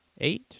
eight